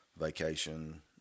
vacation